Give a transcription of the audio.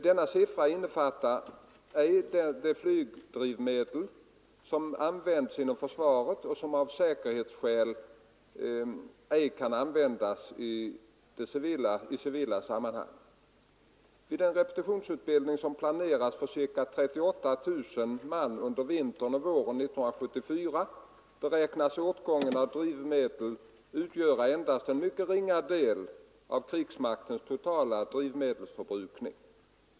Denna siffra innefattar ej det flygdrivmedel, som används inom försvaret och som av säkerhetsskäl ej kan användas i civila sammanhang. Vid den repetitionsutbildning som planerats för ca 38 000 man under vintern och våren 1974 beräknas åtgången av drivmedel utgöra endast en mycket ringa del av krigsmaktens totala drivmedelsförbrukning.